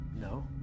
No